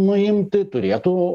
nuimti turėtų